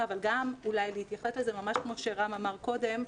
אבל גם אולי להתייחס לזה ממש כמו שרן אמר קודם,